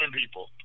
people